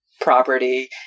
property